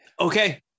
Okay